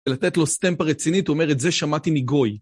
ולתת לו סטמפה רצינית, הוא אומר, את זה שמעתי מגוי.